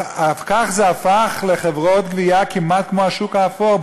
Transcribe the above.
וכך זה הפך לחברות גבייה כמעט כמו בשוק האפור.